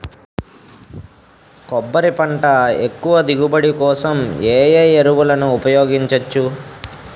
కొబ్బరి పంట ఎక్కువ దిగుబడి కోసం ఏ ఏ ఎరువులను ఉపయోగించచ్చు?